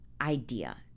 idea